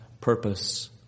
purpose